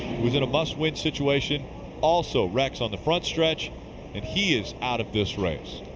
was in a must-win situation also wrecked on the front stretch and he is out of this race.